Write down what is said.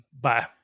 Bye